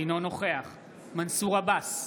אינו נוכח מנסור עבאס,